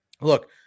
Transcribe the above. look